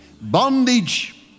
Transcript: Bondage